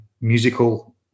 musical